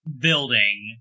building